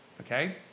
okay